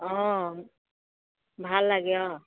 অঁ ভাল লাগে অঁ